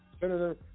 Senator